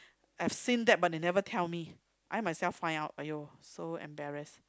have seen that but they never tell me I myself find out !aiyo! so embarrassed